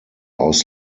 aus